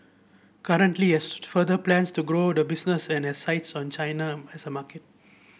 currently has further plans to grow the business and has sights on China as a market